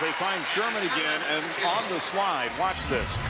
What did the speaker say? sherman again and on the slide watch this.